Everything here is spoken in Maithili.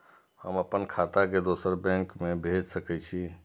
हम आपन खाता के दोसर बैंक में भेज सके छी?